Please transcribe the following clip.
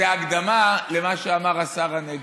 זו הקדמה למה שאמר השר הנגבי.